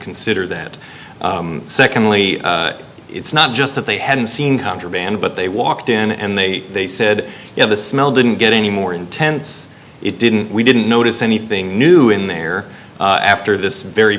consider that secondly it's not just that they hadn't seen contraband but they walked in and they they said you know the smell didn't get any more intense it didn't we didn't notice anything new in there after this very